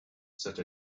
such